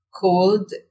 cold